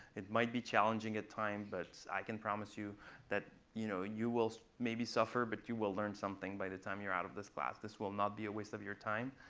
it might be challenging at times, but i can promise you that you know you will maybe suffer. but you will learn something by the time you're out of this class. this will not be a waste of your time.